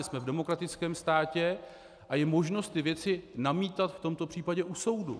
Jsme v demokratickém státě a je možno tyto věci namítat v tomto případě u soudu.